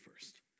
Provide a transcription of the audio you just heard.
first